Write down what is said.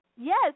Yes